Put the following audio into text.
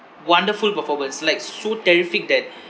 wonderful performance like so terrific that